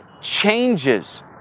changes